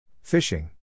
Fishing